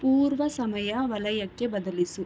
ಪೂರ್ವ ಸಮಯ ವಲಯಕ್ಕೆ ಬದಲಿಸು